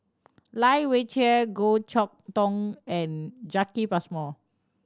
Lai Weijie Goh Chok Tong and Jacki Passmore